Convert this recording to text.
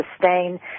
sustain